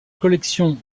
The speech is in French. collection